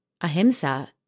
ahimsa